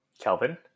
Kelvin